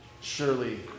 Surely